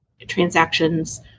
transactions